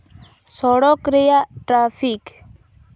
ᱥᱚᱲᱚᱠ ᱨᱮᱭᱟᱜ ᱴᱨᱟᱯᱷᱤᱠ